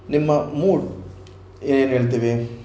ನಿಮ್ಮ ಮೂಡ್ ಏನು ಹೇಳ್ತೇವೆ